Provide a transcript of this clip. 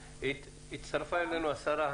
הצטרפה אלינו השרה.